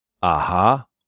Aha